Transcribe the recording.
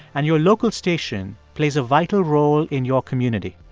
and your local station plays a vital role in your community.